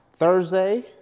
Thursday